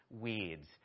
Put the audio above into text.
weeds